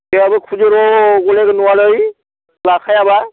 जोंहाबो खुदै र' गलायगोन नङालै लाखायाबा